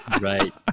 Right